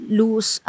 lose